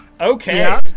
Okay